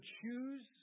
choose